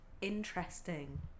interesting